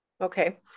okay